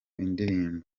indirimbo